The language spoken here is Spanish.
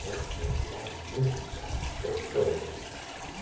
yo se irá nunca'pensó emma